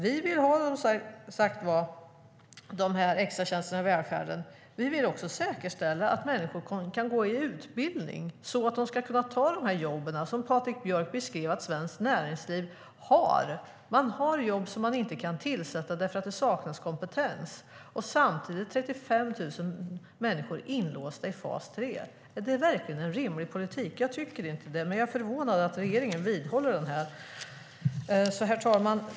Vi vill som sagt ha extratjänster i välfärden. Vi vill också säkerställa att människor ska få utbildning så att de ska kunna ta de jobb som Patrik Björck beskrev att svenskt näringsliv har. Man har jobb som man inte kan tillsätt därför att det saknas kompetens. Samtidigt är 35 000 människor inlåsta i fas 3. Är det verkligen en rimlig politik? Jag tycker inte det, och jag är förvånad över att regeringen vidhåller detta. Herr talman!